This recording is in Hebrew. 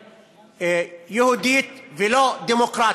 יהודית, ולא דמוקרטית.